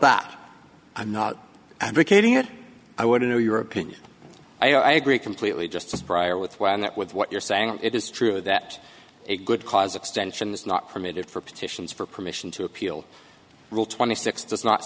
but i'm not advocating it i wouldn't know your opinion i agree completely just prior with one that with what you're saying it is true that a good cause extension is not permitted for petitions for permission to appeal rule twenty six does not